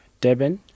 Deben